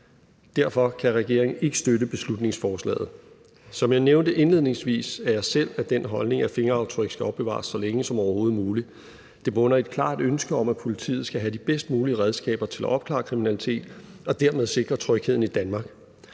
Derfor kan regeringen ikke støtte beslutningsforslaget. Som jeg nævnte indledningsvis, er jeg selv af den holdning, at fingeraftryk skal opbevares så længe som overhovedet muligt. Det bunder i et klart ønske om, at politiet skal have de bedst mulige redskaber til at opklare kriminalitet og dermed sikre trygheden i Danmark.